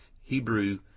Hebrew